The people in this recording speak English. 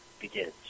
begins